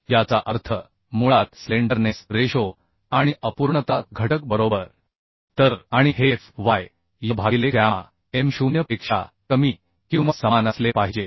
याचा अर्थ मुळात स्लेंडरनेस रेशो आणि अपूर्णता घटक बरोबर तर आणि हेFY भागिले गॅमा m 0 पेक्षा कमी किंवा समान असले पाहिजे